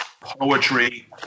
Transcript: poetry